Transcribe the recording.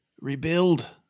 rebuild